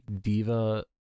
diva